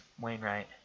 wainwright